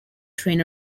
train